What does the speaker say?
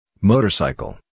Motorcycle